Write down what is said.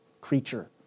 creature